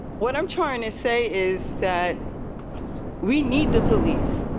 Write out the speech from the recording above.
what i am trying to say is, that we need the police.